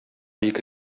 ике